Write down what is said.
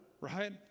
right